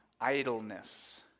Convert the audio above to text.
idleness